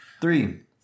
Three